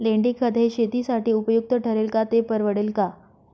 लेंडीखत हे शेतीसाठी उपयुक्त ठरेल का, ते परवडेल का?